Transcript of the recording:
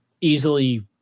easily